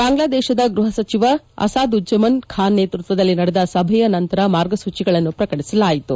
ಬಾಂಗ್ಲಾದೇಶದ ಗೃಹ ಸಚಿವ ಅಸಾದುಜ್ಜಮನ್ ಖಾನ್ ನೇತೃತ್ವದಲ್ಲಿ ನಡೆದ ಸಭೆಯ ನಂತರ ಮಾರ್ಗಸೂಚಿಗಳನ್ನು ಪ್ರಕಟಿಸಲಾಯಿತು